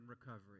recovery